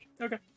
Okay